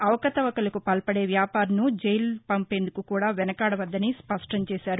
అవకతవకలకు పాల్పడే వ్యాపారులను జైలుకు పంపేందుకు కూడా వెనుకాదవద్దని స్పష్టం చేశారు